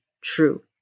true